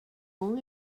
own